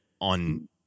on